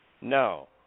No